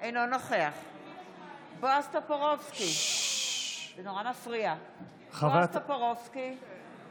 אדוני היושב-ראש, חבריי השרים וחברי הכנסת,